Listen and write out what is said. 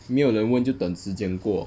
没有人问就等时间过